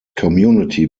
community